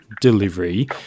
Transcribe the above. delivery